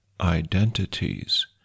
identities